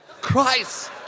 Christ